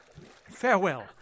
farewell